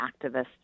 activists